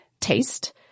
Taste